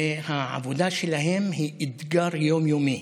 העבודה שלהם היא אתגר יום-יומי.